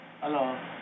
Hello